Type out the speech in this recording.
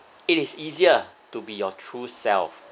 it is easier to be your true self